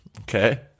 Okay